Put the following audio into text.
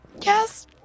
Yes